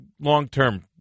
long-term